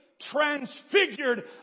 transfigured